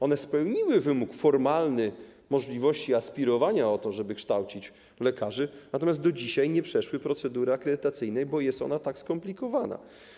One spełniły wymóg formalny odnośnie do możliwości aspirowania do tego, żeby kształcić lekarzy, natomiast do dzisiaj nie przeszły procedury akredytacyjnej, bo jest ona tak skomplikowana.